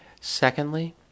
Secondly